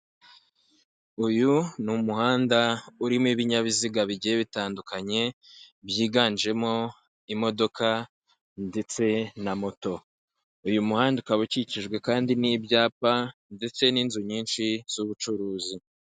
Uyu n' umuhanda urimo ibinyabiziga bigiye bitandukanye byiganjemo imodoka ndetse na moto uyu muhanda ukaba ukikijwe kandi n'ibyapa ndetse n'inzu nyinshi z'ubucuruzi.